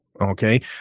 Okay